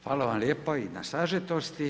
Hvala vam lijepa i na sažetosti.